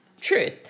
truth